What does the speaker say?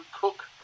Cook